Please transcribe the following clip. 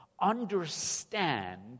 understand